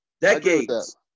Decades